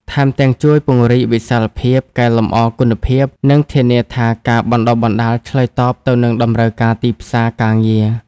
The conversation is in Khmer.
ថែមទាំងជួយពង្រីកវិសាលភាព កែលម្អគុណភាព និងធានាថាការបណ្តុះបណ្តាលឆ្លើយតបទៅនឹងតម្រូវការទីផ្សារការងារ។